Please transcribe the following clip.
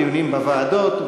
דיונים בוועדות,